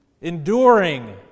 enduring